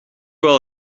wel